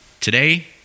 Today